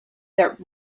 that